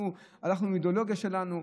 אנחנו הלכנו עם האידיאולוגיה שלנו,